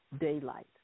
daylight